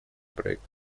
проект